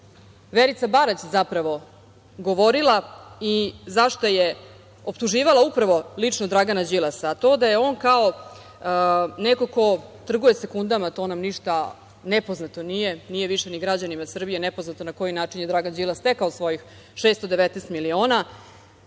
Verica Barać zapravo govorila i za šta je optuživala upravo lično Dragana Đilasa, a to da je on kao neko ko trguje sekundama, to nam ništa nepoznato nije, nije više ni građanima Srbije nepoznato na koji način je Dragan Đilas stekao svojih 619 miliona,